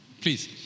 Please